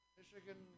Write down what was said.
Michigan